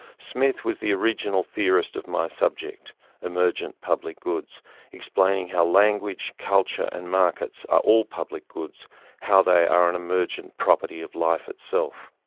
smith was the original theorist of my subject emergent public goods explaining how language, culture and markets are all public goods how they are an emergent property of life itself.